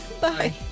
Bye